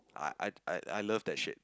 I I I love that shit